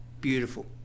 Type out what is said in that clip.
Beautiful